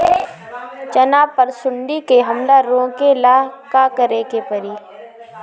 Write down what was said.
चना पर सुंडी के हमला रोके ला का करे के परी?